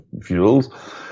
Fuels